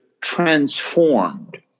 transformed